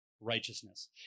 righteousness